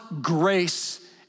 grace